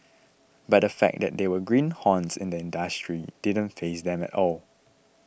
but the fact that they were greenhorns in the industry didn't faze them at all